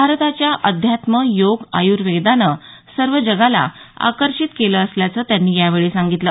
भारताच्या अध्यात्म योग आयुर्वेदानं सर्व जगाला आकर्षित केलं असल्याचं त्यांनी यावेळी सांगितलं